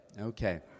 Okay